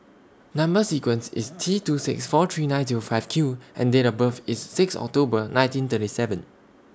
Number sequence IS T two six four three nine two five Q and Date of birth IS six October nineteen thirty seven